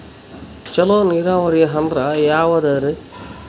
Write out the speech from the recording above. ಚಲೋ ನೀರಾವರಿ ಅಂದ್ರ ಯಾವದದರಿ?